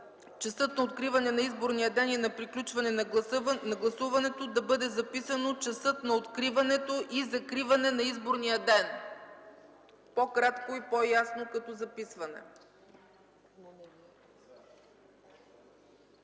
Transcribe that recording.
„часът на откриване на изборния ден и на приключване на гласуването” да бъде записано: „часът на откриването и закриване на изборния ден”. По-кратко и по-ясно като записване.